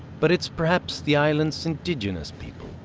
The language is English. but it's perhaps the island's indigenous people,